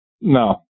no